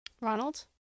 Ronald